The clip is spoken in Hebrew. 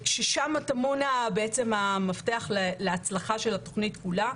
ששם טמון בעצם המפתח להצלחה של התוכנית כולה.